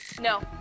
No